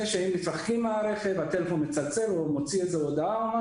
שאם מתרחקים מהרכב הטלפון מצלצל או מוציא איזו הודעה.